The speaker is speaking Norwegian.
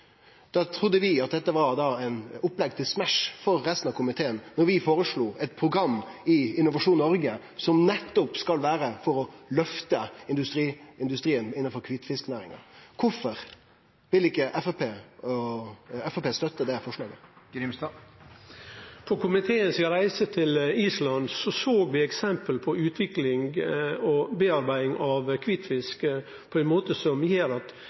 Vi trudde at dette var eit opplegg til «smash» for resten av komiteen då vi føreslo eit program i Innovasjon Noreg som nettopp skal vere for å løfte industrien innanfor kvitfisknæringa. Kvifor vil ikkje Framstegspartiet støtte det forslaget? På komitéreisa til Island såg vi eksempel på utvikling og foredling av kvitfisk på ein måte som gjer at